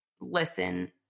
listen